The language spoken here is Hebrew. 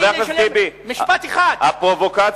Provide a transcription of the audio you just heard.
הכנסת טיבי, נתתי לך לסיים, ביקשתי כמה פעמים.